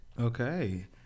Okay